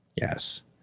yes